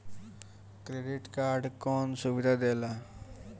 Credit card कौन सुबिधा देला?